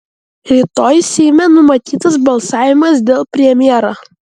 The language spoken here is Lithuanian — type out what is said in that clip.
rytoj seime numatytas balsavimas dėl premjero